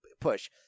push